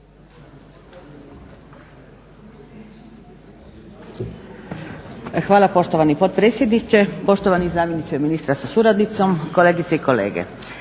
Hvala poštovani potpredsjedniče, poštovani zamjeniče ministra sa suradnicom, kolegice i kolege.